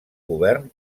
govern